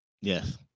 Yes